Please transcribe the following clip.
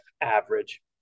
average